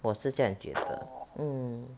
我是这样觉得 mm